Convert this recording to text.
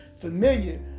familiar